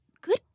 good